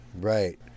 right